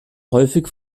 häufig